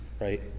right